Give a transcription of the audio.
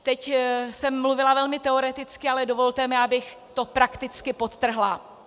Teď jsem mluvila velmi teoreticky, ale dovolte mi, abych to prakticky podtrhla.